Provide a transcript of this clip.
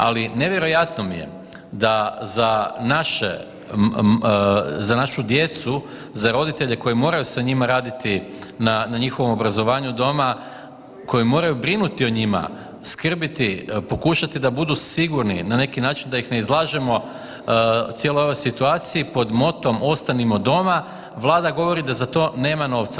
Ali nevjerojatno mi je da za naše, za našu djecu, za roditelje koji moraju sa njima raditi na njihovom obrazovanju doma, koji moraju brinuti o njima, skrbiti, pokušati da budu sigurni na neki način da ih ne izlažemo cijeloj ovoj situaciji pod motom „ostanimo doma“ Vlada govori da za to nema novca.